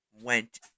went